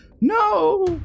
No